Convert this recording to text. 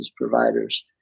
providers